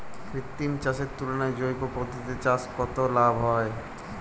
কৃত্রিম চাষের তুলনায় জৈব পদ্ধতিতে চাষে কত লাভ হয়?